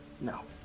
no